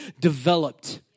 developed